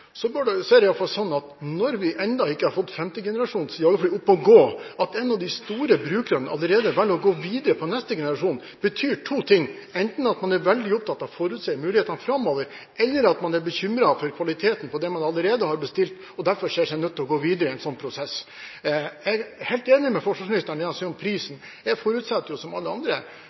er det i hvert fall sånn at når en av de store brukerne allerede velger å gå videre på neste generasjon, når vi ennå ikke har fått femte generasjons jagerfly opp å gå, betyr det enten at man er veldig opptatt av å forutse mulighetene framover, eller at man er bekymret for kvaliteten på det man allerede har bestilt, og derfor ser seg nødt til å gå videre i en sånn prosess. Jeg er helt enig med forsvarsministeren i det han sier om prisen. Jeg forutsetter som alle andre